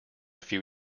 few